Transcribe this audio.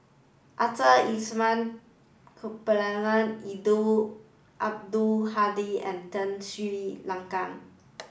Arthur Ernest Percival Eddino Abdul Hadi and Tun Sri Lanang